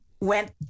went